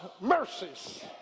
mercies